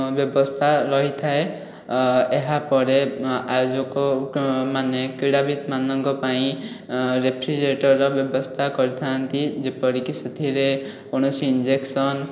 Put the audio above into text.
ବ୍ୟବସ୍ଥା ରହିଥାଏ ଏହାପରେ ଆୟୋଜକ ମାନେ କ୍ରିଡ଼ାବିତମାନଙ୍କ ପାଇଁ ରେଫ୍ରିଜେରେଟରର ବ୍ୟବସ୍ଥା କରିଥାନ୍ତି ଯେପରିକି ସେଥିରେ କୌଣସି ଇଂଜେକ୍ସନ୍